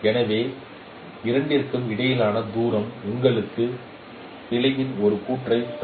எனவே இந்த இரண்டிற்கும் இடையிலான தூரம் உங்களுக்கு பிழையின் ஒரு கூறுகளைத் தரும்